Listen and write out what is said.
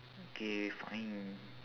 okay fine